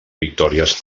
victòries